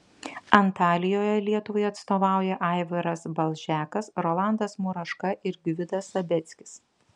antalijoje lietuvai atstovauja aivaras balžekas rolandas muraška ir gvidas sabeckis